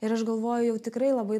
ir aš galvojau tikrai labai